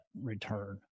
return